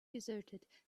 deserted